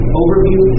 overview